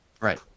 Right